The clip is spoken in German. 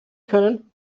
können